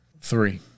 three